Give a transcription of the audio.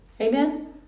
Amen